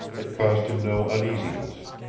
it caused him no uneasiness.